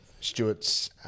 Stuart's